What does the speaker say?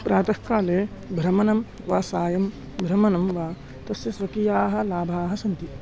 प्रातःकाले भ्रमणं वा सायं भ्रमणं वा तस्य स्वकीयाः लाभाः सन्ति